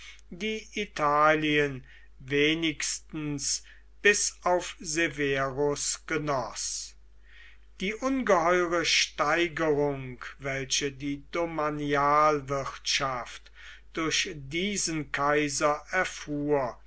die italien wenigstens bis auf severus genoß die ungeheure steigerung welche die domanialwirtschaft durch diesen kaiser erfuhr